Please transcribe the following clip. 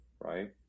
right